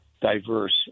diverse